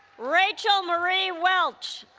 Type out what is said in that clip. rachel marie welch